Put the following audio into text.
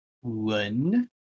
One